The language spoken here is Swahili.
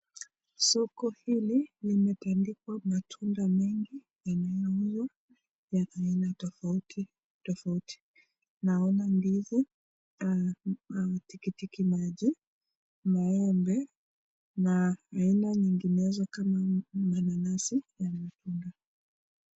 Soko hili limetandikwa matunda mengi yanayouzwa ya aina tofauti tofauti. Naona ndizi na tikitiki maji, maembe na aina nyinginezo kama mananasi ya matunda.